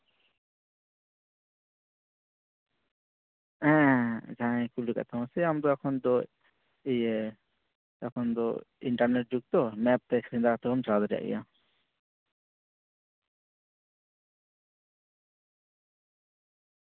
ᱦᱮᱸ ᱦᱮᱸ ᱡᱟᱦᱟᱸᱭ ᱠᱩᱞᱤ ᱠᱟᱫ ᱛᱟᱢᱟ ᱥᱮ ᱟᱢ ᱫᱚ ᱮᱠᱷᱚᱱ ᱫᱚ ᱮᱠᱷᱚᱱ ᱫᱚ ᱤᱱᱴᱟᱨᱱᱮᱹᱴ ᱡᱩᱜᱽ ᱛᱚ ᱢᱮᱯᱛᱮ ᱥᱮᱸᱫᱽᱨᱟ ᱠᱟᱛᱮ ᱦᱚᱢ ᱪᱟᱞᱟᱣ ᱫᱟᱲᱮᱭᱟᱜ ᱜᱮᱭᱟ